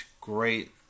great